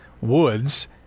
Woods